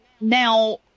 Now